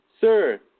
Sir